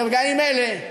ברגעים אלה,